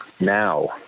Now